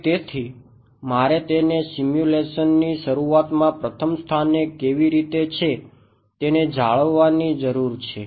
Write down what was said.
તે તેથી મારે તેને સિમ્યુલેશનની શરૂઆતમાં પ્રથમ સ્થાને કેવી રીતે છે તેને જાણવાની જરૂર છે